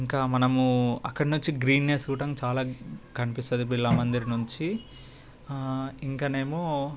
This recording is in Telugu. ఇంకా మనము అక్కడినుంచి గ్రీన్నెస్ కూడంగా చాలా కనిపిస్తుంది బిర్లా మందిర్ నుంచి ఇంకనేమో